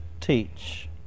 teach